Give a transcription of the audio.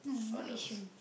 Arnold's